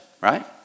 right